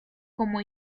como